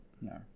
No